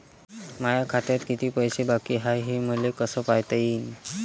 माया खात्यात किती पैसे बाकी हाय, हे मले कस पायता येईन?